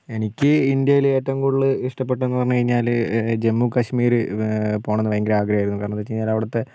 എനിക്ക് ഇന്ത്യയിൽ ഏറ്റവും കൂടുതൽ ഇഷ്ട്ടപ്പെട്ടതെന്ന് പറഞ്ഞ് കഴിഞ്ഞാൽ ജമ്മുകാശ്മീര് പോണംന്ന് ഭയങ്കര ആഗ്രഹമായിരുന്നു കാരണം എന്താ വെച്ച് കഴിഞ്ഞാൽ അവിടുത്തെ